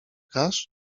grasz